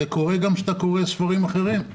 זה קורה גם כשאתה קורא ספרים אחרים.